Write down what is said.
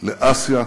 לאסיה,